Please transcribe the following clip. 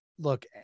Look